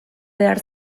behar